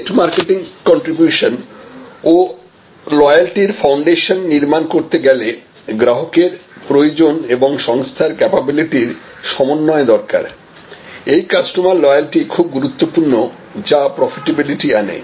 net market contribution ও লয়ালটির foundation নির্মাণ করতে গেলে গ্রাহকের প্রয়োজন এবং সংস্থার ক্যাপাবিলিটির সমন্বয় দরকার এই কাস্টমার লয়ালটি খুব গুরুত্বপূর্ণ যা প্রফিটাবিলিটি আনে